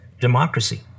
Democracy